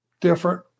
different